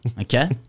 okay